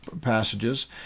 passages